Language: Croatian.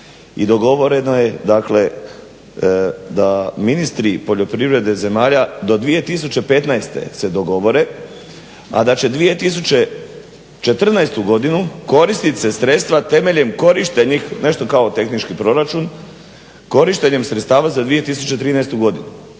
i dogovoreno je dakle da ministri poljoprivrede zemalja do 2015. se dogovore, a da će 2014. godinu koristit se sredstva temeljem korištenih, nešto kao tehnički proračun, korištenjem sredstava za 2013. godinu.